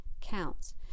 counts